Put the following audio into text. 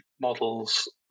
models